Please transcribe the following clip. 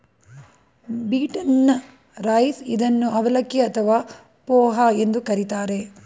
beaten rice ಇದನ್ನು ಅವಲಕ್ಕಿ ಅಥವಾ ಪೋಹ ಎಂದು ಕರಿತಾರೆ